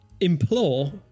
implore